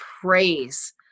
praise